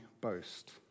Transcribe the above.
boast